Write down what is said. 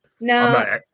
No